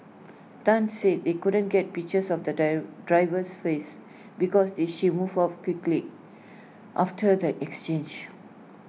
Tan said they couldn't get pictures of the dove driver's face because they she moved off quickly after the exchange